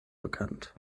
bekannt